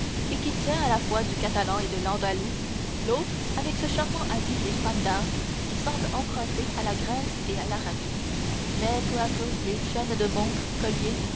et qui tient à la fois du catalan et de l'andalou l'autre avec ce charmant habit des femmes d'arles qui semble emprunté à la grèce et à l'arabie mais peu à peu chaînes de